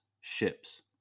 ships